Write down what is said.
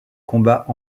combat